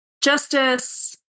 justice